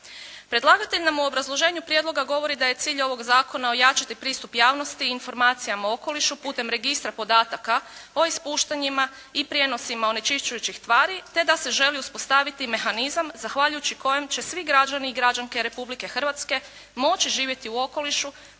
Predlagatelj nam u obrazloženju prijedloga govori da je cilj ovoga Zakona ojačati pristup javnosti i informacijama o okolišu putem registra podataka o ispuštanjima i prijenosima onečišćujućih tvari te da se želi uspostaviti mehanizam zahvaljujući kojem će svi građani i građanke Republike Hrvatske moći živjeti u okolišu